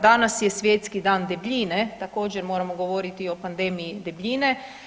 Danas je Svjetski dan debljine, također moramo govoriti i o pandemiji debljine.